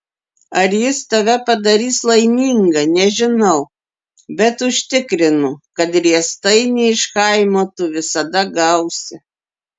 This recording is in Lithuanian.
ar jis tave padarys laimingą nežinau bet užtikrinu kad riestainį iš chaimo tu visada gausi